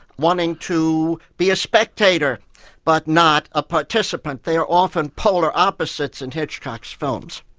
wanting to be a spectator but not a participant. they're often polar opposites in hitchcock's films.